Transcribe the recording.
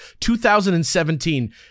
2017